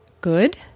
good